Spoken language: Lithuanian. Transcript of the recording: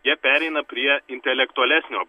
jie pereina prie intelektualesnio